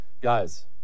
guys